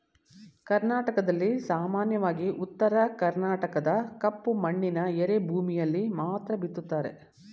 ಕರ್ನಾಟಕದಲ್ಲಿ ಸಾಮಾನ್ಯವಾಗಿ ಉತ್ತರ ಕರ್ಣಾಟಕದ ಕಪ್ಪು ಮಣ್ಣಿನ ಎರೆಭೂಮಿಯಲ್ಲಿ ಮಾತ್ರ ಬಿತ್ತುತ್ತಾರೆ